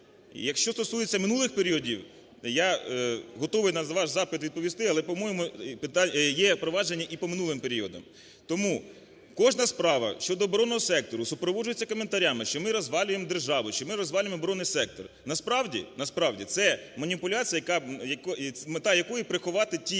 Якщо стосується минулих періодів, я готовий на ваш запит відповісти, але, по-моєму, є провадження і по минулим періодам. Тому кожна справа щодо оборонного сектору супроводжується коментарями, що ми розвалюємо державу, що ми розвалюємо оборонний сектор. Насправді, насправді – це маніпуляція, яка… мета якої приховати ті